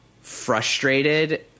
frustrated